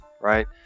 Right